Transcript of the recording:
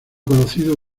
conocido